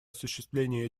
осуществления